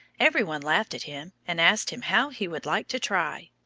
every one laughed at him and asked him how he would like to try.